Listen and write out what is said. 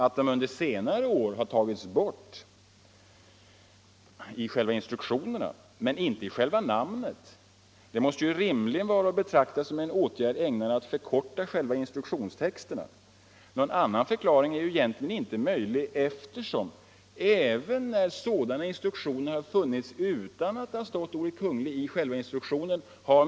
Att den under senare år tagits bort där men inte i själva namnet Onsdagen den är väl snarast att betrakta som en åtgärd ägnad att förkorta instruktions 7 maj 1975 texterna. Någon annan förklaring är i själva verket inte möjlig, eftersom. institutioner, i vars instruktion inte ordet Kungl. ingått, trots detta har.